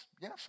yes